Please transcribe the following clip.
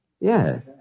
Yes